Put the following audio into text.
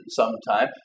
sometime